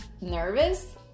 nervous